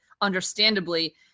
understandably